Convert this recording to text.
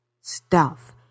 Stealth